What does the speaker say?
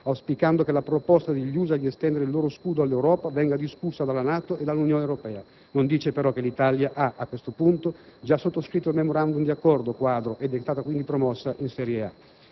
auspicando che la proposta degli Stati Uniti di estendere il loro «scudo» all'Europa venga discussa dalla NATO e dall'Unione Europea. Non dice, però, che l'Italia ha, a questo punto, già sottoscritto il *memorandum* di Accordo quadro ed è stata quindi promossa in «serie A».